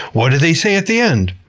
what do they say at the end?